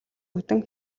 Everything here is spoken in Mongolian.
үүдэн